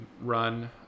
Run